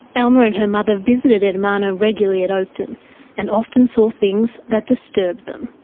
alma and her mother visited ermanno regularly at oakden and often saw things that disturbed them.